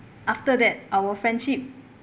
after that our friendship